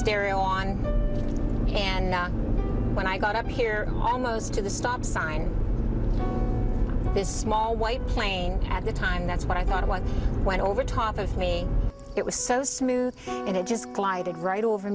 stereo on and when i got up here almost to the stop sign this small white plane at the time that's what i thought was went over top of me it was so smooth and it just glided right over